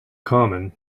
common